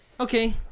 okay